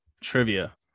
trivia